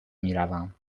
میروم